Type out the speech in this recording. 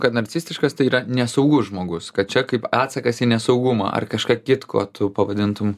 kad narcistiškas tai yra nesaugus žmogus kad čia kaip atsakas į nesaugumą ar kažką kitko tu pavadintum